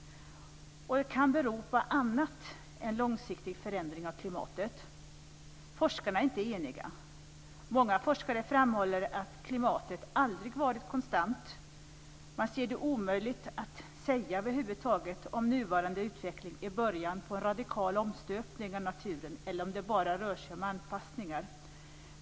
Detta kan bero på annat än en långsiktig förändring av klimatet. Forskarna är inte eniga. Många forskare framhåller att klimatet aldrig varit konstant. Man anser att det är omöjligt att över huvud taget säga om den nuvarande utvecklingen är början på en radikal omstöpning av naturen eller om det bara rör sig om anpassningar.